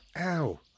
Ow